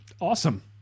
awesome